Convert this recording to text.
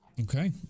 Okay